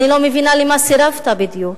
אני לא מבינה למה סירבת בדיוק.